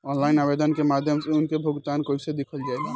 Online आवेदन के माध्यम से उनके भुगतान कैसे देखल जाला?